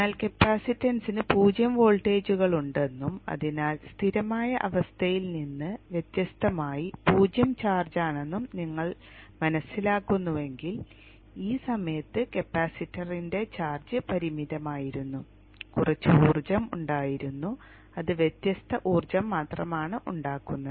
എന്നാൽ കപ്പാസിറ്റൻസിന് പൂജ്യം വോൾട്ടേജുകളുണ്ടെന്നും അതിനാൽ സ്ഥിരമായ അവസ്ഥയിൽ നിന്ന് വ്യത്യസ്തമായി പൂജ്യം ചാർജാണെന്നും നിങ്ങൾ മനസ്സിലാക്കുന്നുവെങ്കിൽ ഈ സമയത്ത് കപ്പാസിറ്ററിന്റെ ചാർജ് പരിമിതമായിരുന്നു കുറച്ച് ഊർജ്ജം ഉണ്ടായിരുന്നു അത് വ്യത്യസ്ഥ ഊർജ്ജം മാത്രമാണ് ഉണ്ടാക്കുന്നത്